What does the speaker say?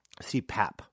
CPAP